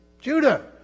Judah